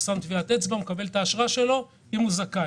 הוא שם טביעת אצבע ומקבל את האשרה שלו אם הוא זכאי.